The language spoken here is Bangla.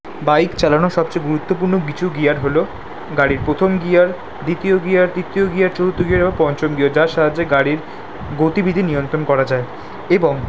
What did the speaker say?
বাইক চালানোর সবচেয়ে গুরুত্বপূর্ণ কিছু গিয়ার হলো গাড়ির প্রথম গিয়ার দ্বিতীয় গিয়ার তৃতীয় গিয়ার চতুর্থ গিয়ার ও পঞ্চম গিয়ার যার সাহায্যে গাড়ির গতিবিধি নিয়ন্ত্রণ করা যায় এবং